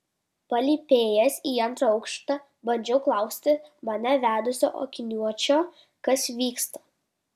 palypėjęs į antrą aukštą bandžiau klausti mane vedusio akiniuočio kas vyksta